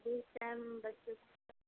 ठीक है हम बच्चों